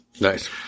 Nice